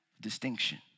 distinction